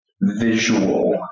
visual